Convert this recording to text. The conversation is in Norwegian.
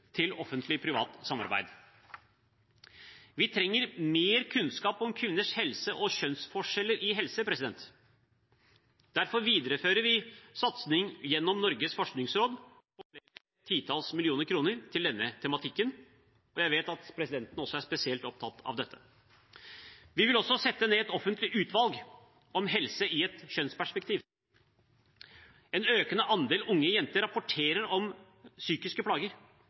samarbeid. Vi trenger mer kunnskap om kvinners helse og kjønnsforskjeller i helse. Derfor viderefører vi satsing gjennom Norges forskningsråd på flere titalls millioner kroner til denne tematikken. Og jeg vet at presidenten også er spesielt opptatt av dette. Vi vil også sette ned et offentlig utvalg om helse i et kjønnsperspektiv. En økende andel unge jenter rapporterer om psykiske plager.